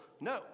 No